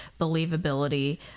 believability